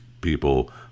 people